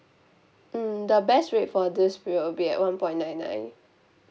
mm the best rate for this will be at one point nine nine